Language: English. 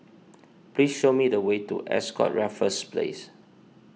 please show me the way to Ascott Raffles Place